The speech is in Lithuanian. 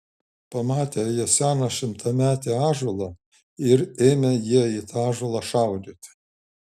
pamatė jie seną šimtametį ąžuolą ir ėmė jie į tą ąžuolą šaudyti